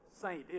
saint